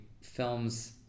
films